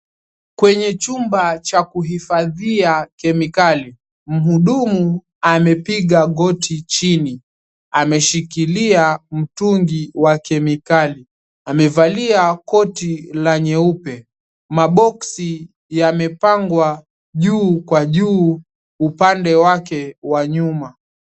Kwenye chumba cha kuhifadhia kemikali muhudumu amepiga goti chini ameshikilia mtungi wa kemikali amevalia koti nyeupe(cs) maboxi (cs)yame pandwa juu kwa juu upande wake wa nyuma.